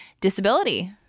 disability